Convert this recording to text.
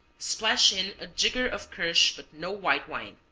splash in a jigger of kirsch but no white wine.